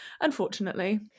unfortunately